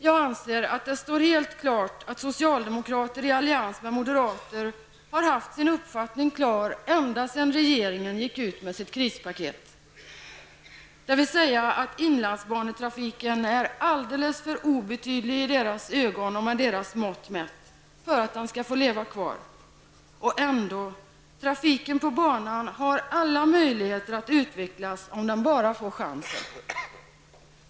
Jag anser att det står helt klart att socialdemokrater i allians med moderater har haft sin uppfattning klar ända sedan regeringen gick ut med sitt krispaket förra året: att inlandsbanetrafiken är alldeles för obetydlig med deras mått mätt för att den skall få leva kvar. Ändå har trafiken på banan alla möjligheter att utvecklas om den bara får chansen.